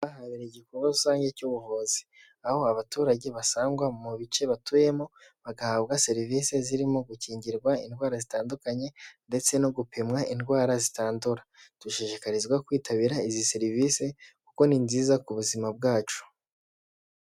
Aha habera igikorwa rusange cy'ubuvuzi, aho abaturage basangwa mu bice batuyemo bagahabwa serivisi zirimo gukingirwa indwara zitandukanye ndetse no gupimwa indwara zitandura. Dushishikarizwa kwitabira izi serivisi kuko ni nziza ku buzima bwacu.